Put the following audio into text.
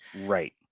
Right